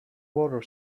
water